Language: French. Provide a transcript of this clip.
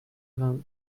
vingt